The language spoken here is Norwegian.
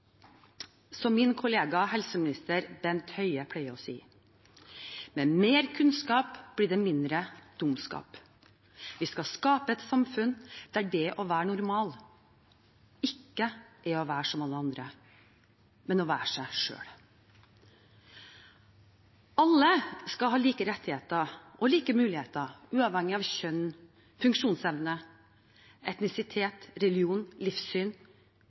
Som min kollega helseminister Bent Høie pleier å si: Med mer kunnskap blir det mindre dumskap. Vi skal skape et samfunn der det å være normal ikke er å være som alle andre, men å være seg selv. Alle skal ha like rettigheter og like muligheter uavhengig av kjønn, funksjonsevne, etnisitet, religion, livssyn,